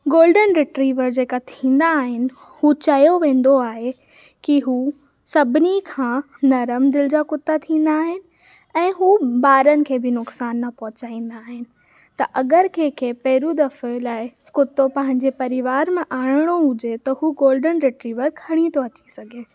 golden retriever जेका थींदा आहिनि हूअ चयो वेंदो आहे की हूअ सभिनी खां नरम दिलि जा कुता थींदा आहिनि ऐं हू ॿारनि खे बि नुक़सानु न पहुचाईंदा आहिनि त अगरि कंहिंखे पहिरियों दफ़े लाइ कुतो पंहिंजे परिवार मां आणणो हुजे त हू गोल्डन रिट्रीवर खणी थो अची सघे